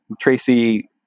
Tracy